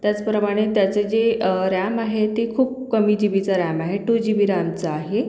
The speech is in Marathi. त्याचप्रमाणे त्याचे जे रॅम आहे ते खूप कमी जी बीचं रॅम आहे टू जी बी रॅमचं आहे